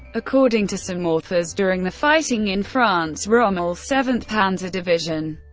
according to some authors, during the fighting in france, rommel's seventh panzer division,